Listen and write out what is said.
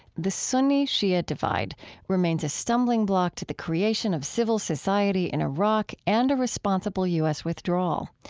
the sunni-shia divide remains a stumbling block to the creation of civil society in iraq and a responsible u s. withdrawal.